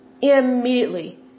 Immediately